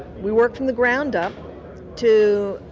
we work from the ground up to